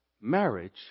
marriage